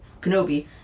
Kenobi